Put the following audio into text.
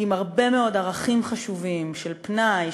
עם הרבה מאוד ערכים חשובים של פנאי,